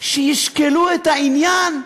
שישקלו את העניין?